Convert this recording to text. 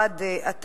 מס' 5317,